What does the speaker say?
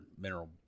mineral